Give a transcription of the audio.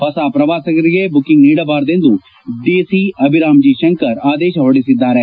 ಹೊಸ ಪ್ರವಾಸಿಗರಿಗೆ ಬುಕಿಂಗ್ ನೀಡಬಾರದೆಂದು ಡಿಸಿ ಅಭಿರಾಂ ಜೇ ಶಂಕರ್ ಆದೇಶ ಹೊರಡಿಸಿದ್ದಾರೆ